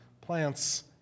plants